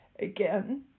Again